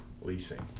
leasing